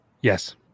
Yes